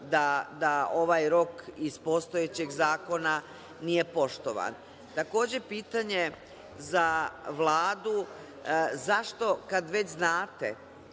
da ovaj rok iz postojećeg zakona nije poštovan. Takođe pitanje za Vladu, zašto, kad već znate,